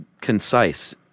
concise